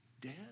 dead